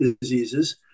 diseases